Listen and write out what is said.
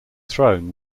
throne